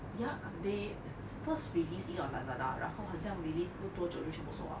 ya they first release it on Lazada 然后很像 released 不多久就全部 sold out